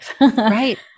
Right